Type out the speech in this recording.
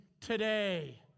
today